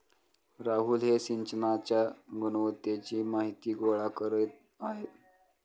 राहुल हे सिंचनाच्या गुणवत्तेची माहिती गोळा करीत आहेत